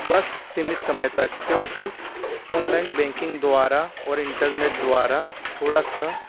बस सीमित समय तक क्योंकि ओनलाइन बेंकिंग द्वारा और इंटरनेट द्वारा थोड़ा सा